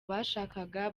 bashakaga